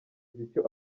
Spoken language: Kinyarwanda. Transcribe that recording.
icyo